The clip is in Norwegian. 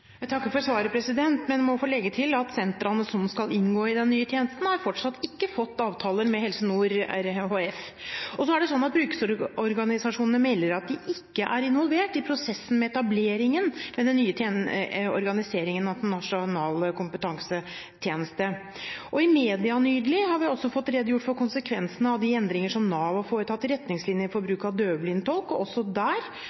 Jeg takker for svaret, men må få legge til at sentrene som skal inngå i den nye tjenesten, fortsatt ikke har fått avtale med Helse Nord RHF. Så er det slik at brukerorganisasjonene melder at de ikke er involvert i prosessen med etableringen av den nye organiseringsformen for den nasjonale kompetansetjenesten. I media har vi nylig fått redegjort for konsekvensene av de endringer som Nav har foretatt i retningslinjer for